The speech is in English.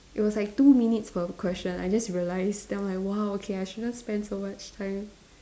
it was like two minutes per question I just realise then I was like !wow! okay I shouldn't spent so much time